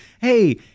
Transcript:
hey